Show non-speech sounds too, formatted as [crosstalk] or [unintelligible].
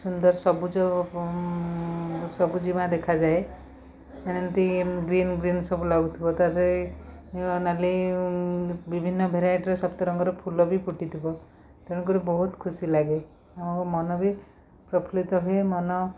ସୁନ୍ଦର ସବୁଜ ଓ ସବୁଜିମା ଦେଖାଯାଏ ମାନେ ଏମିତି ଗ୍ରୀନ୍ ଗ୍ରୀନ୍ ସବୁ ଲାଗୁଥିବ [unintelligible] ନୀଳ ନାଲି ବିଭିନ୍ନ ଭେରାଇଟ୍ର ସପ୍ତରଙ୍ଗର ଫୁଲ ବି ଫୁଟିଥିବ ତେଣୁକରି ବହୁତ ଖୁସି ଲାଗେ ଆଉ ମନ ବି ପ୍ରଫୁଲ୍ଲିତ ହୁଏ ମନ